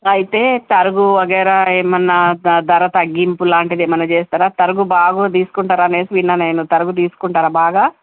అయితే తరుగు వగేరా ఎమన్నా ధర తగ్గిపులాంటిది ఏమైనా చేస్తారా తరుగు బాగా తీసుకుంటారా అనేసి విన్న నేను తరుగు తీసుకుంటారా బాగా